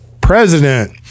president